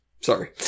Sorry